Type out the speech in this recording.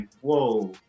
whoa